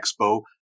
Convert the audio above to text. Expo